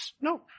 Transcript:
No